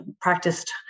practiced